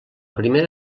primera